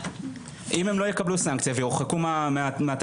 אם הם לא יקבלו סנקציה ויורחקו מהתלמידים,